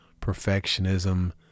perfectionism